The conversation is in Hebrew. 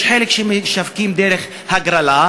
יש חלק שמשווקים דרך הגרלה,